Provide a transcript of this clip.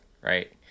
right